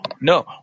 No